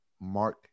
Mark